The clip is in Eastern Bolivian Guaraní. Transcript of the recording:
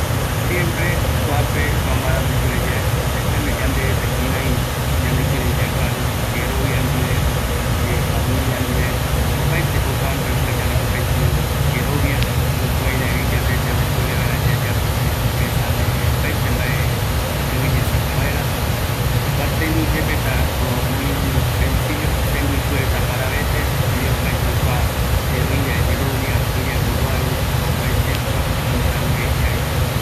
Yanderetako yaikuata kïraï, kiandive yakarutava, oime vaera ñanoi yerovia, yaesauka vaera ikavigue mesape, yepe tei tembiu paravete, erei oime yave, yerovia, mboromboete, mboraɨu jaeko oimeta yerovia opaeterupi